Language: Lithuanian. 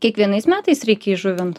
kiekvienais metais reikia įžuvint